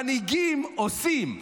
מנהיגים עושים,